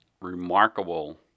remarkable